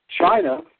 China